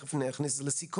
תיכף אני אכניס לסיכום,